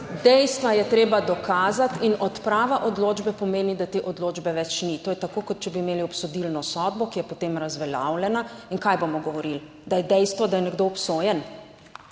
dejstva je treba dokazati in odprava odločbe pomeni, da te odločbe več ni. To je tako kot če bi imeli obsodilno sodbo, ki je potem razveljavljena In kaj bomo govorili, da je dejstvo, da je nekdo obsojen.